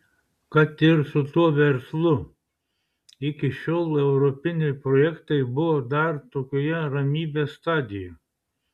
kad ir su tuo verslu iki šiol europiniai projektai buvo dar tokioje ramybės stadijoje